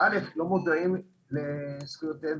שלא מודעים לזכויות שלהם,